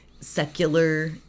secular